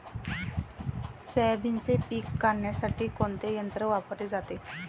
सोयाबीनचे पीक काढण्यासाठी कोणते यंत्र वापरले जाते?